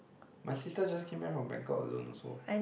my sister just came back from bangkok alone also